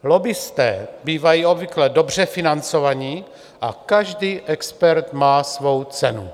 Lobbisté bývají obvykle dobře financovaní a každý expert má svou cenu.